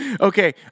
Okay